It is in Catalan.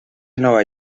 nova